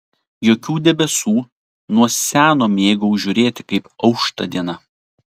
jokių debesų nuo seno mėgau žiūrėti kaip aušta diena